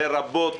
לרבות